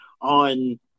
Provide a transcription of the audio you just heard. on